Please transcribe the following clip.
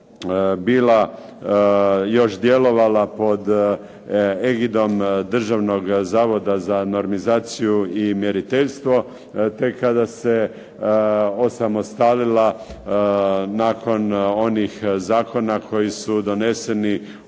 bila još djelovala pod egidom Državnog zavoda za normizaciju i mjeriteljstvo te kada se osamostalila nakon onih zakona koji su doneseni